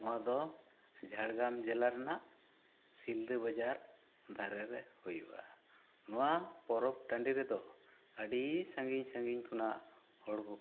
ᱱᱚᱣᱟ ᱫᱚ ᱡᱷᱟᱲᱜᱨᱟᱢ ᱡᱤᱞᱟᱹ ᱨᱮᱱᱟᱜ ᱥᱤᱞᱫᱟᱹ ᱵᱟᱡᱟᱨ ᱫᱷᱟᱨᱮ ᱨᱮ ᱦᱩᱭᱩᱜᱼᱟ ᱱᱚᱣᱟ ᱯᱚᱨᱚᱵᱽ ᱴᱟᱺᱰᱤ ᱨᱮ ᱫᱚ ᱟᱹᱰᱤ ᱥᱟᱺᱜᱤᱧ ᱥᱟᱺᱜᱤᱧ ᱠᱷᱚᱱᱟᱜ ᱦᱚᱲ ᱠᱚᱠᱚ